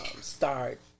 Start